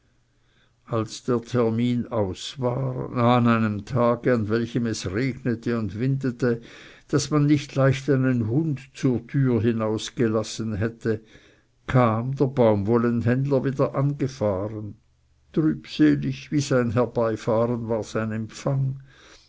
als der termin aus war an einem tage an welchem es regnete und windete daß man nicht leicht einen hund zur türe ausgelassen hätte kam der baumwollenhändler wieder angefahren trübselig wie sein herbeifahren war sein empfang